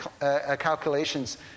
calculations